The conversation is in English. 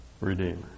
Redeemer